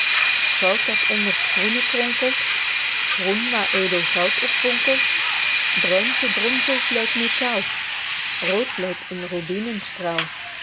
goud dat onder t groene kronkelt groen waer edel goud op vonkelt bruin gebronzeld lyk metael rood lyk een robinenstrael